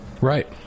Right